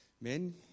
Men